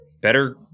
better